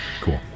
Cool